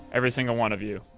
every single one of you.